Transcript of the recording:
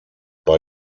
bei